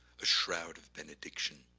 a shroud of benediction,